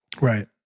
Right